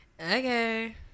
Okay